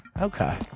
okay